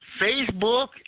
Facebook